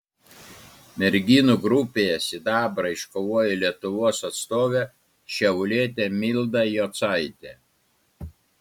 merginų grupėje sidabrą iškovojo lietuvos atstovė šiaulietė milda jocaitė